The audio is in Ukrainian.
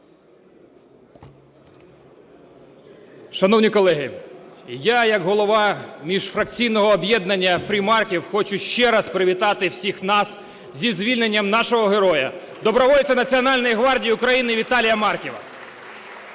Шановні колеги, я як голова міжфракційного об'єднання "Free Markiv" хочу ще раз привітати всіх нас зі звільненням нашого героя, добровольця Національної гвардії України Віталія Марківа.